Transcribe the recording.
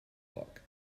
luck